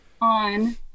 on